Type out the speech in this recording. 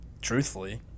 Truthfully